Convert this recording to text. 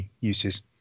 uses